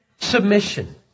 submission